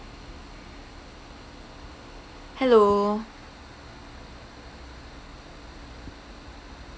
hello